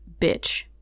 bitch